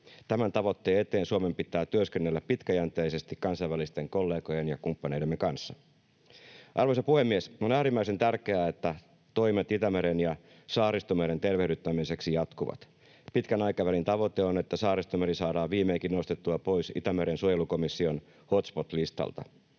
Tämän tavoitteen eteen Suomen pitää työskennellä pitkäjänteisesti kansainvälisten kollegojen ja kumppaneidemme kanssa. Arvoisa puhemies! On äärimmäisen tärkeää, että toimet Itämeren ja Saaristomeren tervehdyttämiseksi jatkuvat. Pitkän aikavälin tavoite on, että Saaristomeri saadaan viimeinkin nostettua pois Itämeren suojelukomission hotspot-listalta.